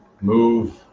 move